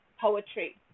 poetry